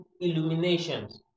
illuminations